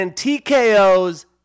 TKO's